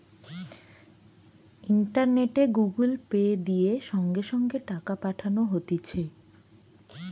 ইন্টারনেটে Google pay, দিয়ে সঙ্গে সঙ্গে টাকা পাঠানো হতিছে